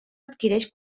adquireix